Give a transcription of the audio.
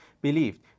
believed